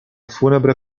funebre